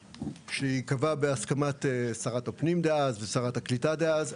שייקבע בהסכמה שרת הפנים דאז ושרת הקליטה דאז,